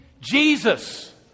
Jesus